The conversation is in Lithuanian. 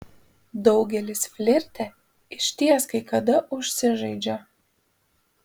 daugelis flirte išties kai kada užsižaidžia